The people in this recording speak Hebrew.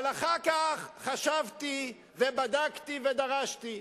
אבל אחר כך חשבתי ובדקתי ודרשתי,